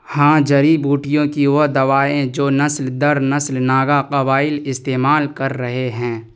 ہاں جڑی بوٹیوں کی وہ دوائیں جو نسل در نسل ناگا قبائل استعمال کر رہے ہیں